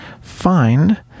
find